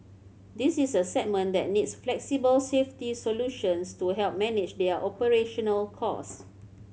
this is a segment that needs flexible safety solutions to help manage their operational costs